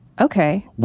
Okay